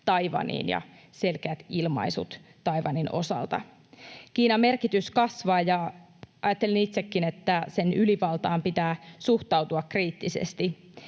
Taiwaniin ja selkeät ilmaisut Taiwanin osalta. Kiinan merkitys kasvaa, ja ajattelen itsekin, että sen ylivaltaan pitää suhtautua kriittisesti.